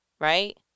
right